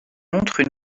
montrent